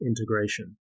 integration